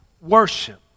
worship